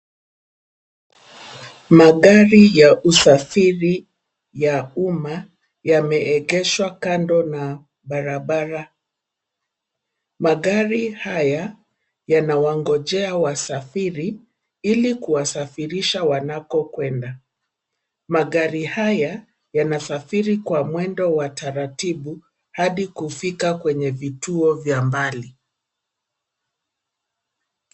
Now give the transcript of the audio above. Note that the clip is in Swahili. Magari ya usafiri ya uma yameengeshwa kando na barabara. Magari haya yanawagojea wasafiri hili kuwasafirisha wanako kwenda. Magari haya yanasafiri kwa mwendo wa taratibu adi kufika kwenye vituo vya mbali.